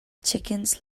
chickens